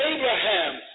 Abraham